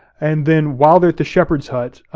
and then while they're at the shepherd's hut,